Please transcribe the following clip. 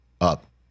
up